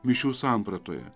mišių sampratoje